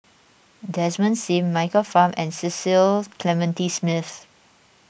Desmond Sim Michael Fam and Cecil Clementi Smith